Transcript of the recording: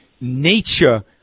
nature